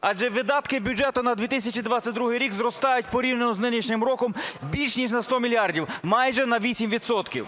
Адже видатки бюджету на 2022 рік зростають порівняно з нинішнім роком більш ніж на 100 мільярдів, майже на 8 відсотків.